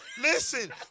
Listen